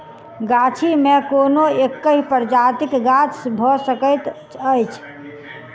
गाछी मे कोनो एकहि प्रजातिक गाछ भ सकैत अछि